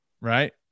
right